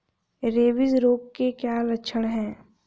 Rabies रोग के क्या लक्षण है?